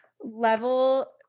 level